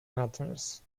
matters